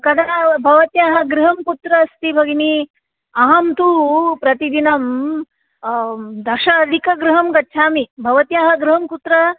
कदा भवत्याः गृहं कुत्र अस्ति भगिनि अहं तु प्रतिदिनं दश अधिक गृहं गच्छामि भवत्याः गृहं कुत्र